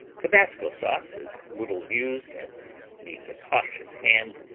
tabasco sauce is little used and needs a cautious hand,